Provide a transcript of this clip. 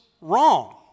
wrong